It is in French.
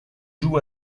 jouent